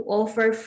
offer